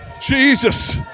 Jesus